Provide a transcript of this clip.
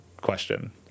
question